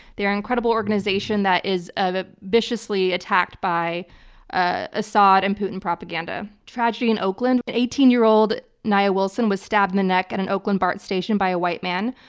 they're an incredible organization that is ah viciously attacked by assad and putin propaganda. tragedy in oakland. but eighteen year old nia wilson was stabbed in the neck at an oakland bart station by a white man.